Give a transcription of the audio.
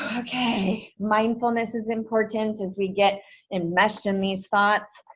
okay. mindfulness is important as we get enmeshed in these thoughts,